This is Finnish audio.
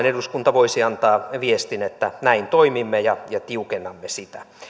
eduskunta voisi antaa viestin että näin toimimme ja ja tiukennamme sitä